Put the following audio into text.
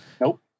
Nope